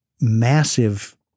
massive